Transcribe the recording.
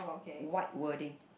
white wording